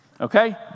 okay